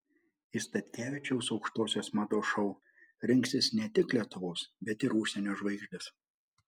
į statkevičiaus aukštosios mados šou rinksis ne tik lietuvos bet ir užsienio žvaigždės